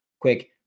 quick